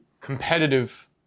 competitive